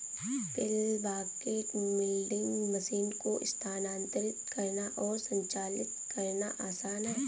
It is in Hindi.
पेल बकेट मिल्किंग मशीन को स्थानांतरित करना और संचालित करना आसान है